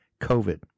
COVID